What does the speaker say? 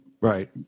Right